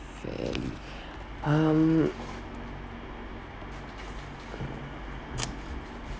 unfairly um